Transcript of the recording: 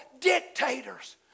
dictators